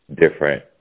different